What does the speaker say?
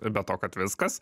be to kad viskas